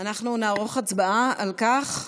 אנחנו נערוך הצבעה על כך.